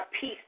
peace